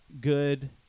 good